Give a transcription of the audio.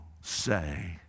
say